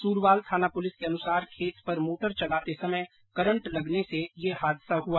स्रवाल थाना पुलिस के अनुसार खेत पर मोटर चलाते समय करंट लगने से यह हादसा हुआ